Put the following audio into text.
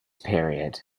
period